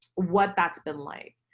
what that's been like,